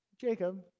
Jacob